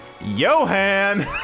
Johan